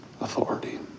authority